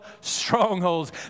strongholds